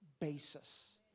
basis